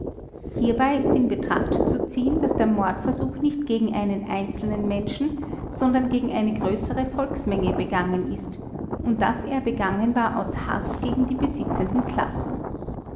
hierbei ist in betracht zu ziehen daß der mordversuch nicht gegen einen einzelnen menschen sondern gegen eine größere volksmenge begangen ist und daß er begangen war aus haß gegen die besitzenden klassen